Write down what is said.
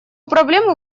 проблему